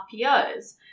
RPOs